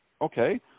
Okay